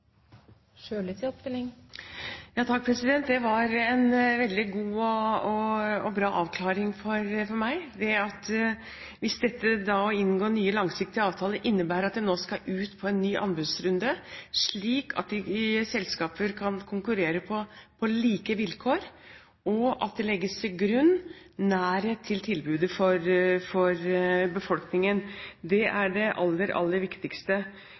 til de prosessene som skjer og de valgene som blir gjort. Det var en veldig god og bra avklaring for meg hvis det å inngå nye, langsiktige avtaler innebærer at dette nå skal ut på en ny anbudsrunde, at selskaper kan konkurrere på like vilkår, og at det legges til grunn at det skal være nærhet til tilbudet for befolkningen. Det er det aller, aller viktigste.